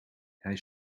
hij